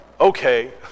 okay